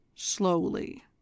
Slowly